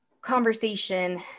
conversation